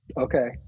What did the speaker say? Okay